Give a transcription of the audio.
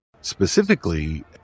specifically